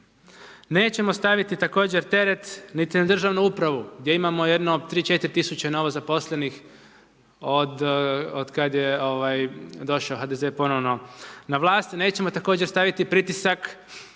Nećemo staviti također teret niti na državnu upravu gdje imamo jedno 3, 4000 novo zaposlenih otkad je došao HDZ ponovno na vlast, nećemo također staviti pritisak